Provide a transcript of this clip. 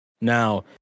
Now